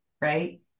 right